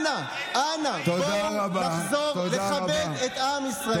אנא, אנא, בואו נחזור לכבד את עם ישראל.